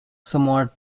somewhat